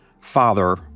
father